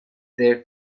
their